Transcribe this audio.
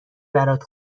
برات